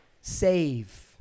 Save